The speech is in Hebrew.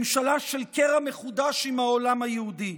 ממשלה של קרע מחודש עם העולם היהודי.